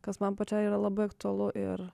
kas man pačiai yra labai aktualu ir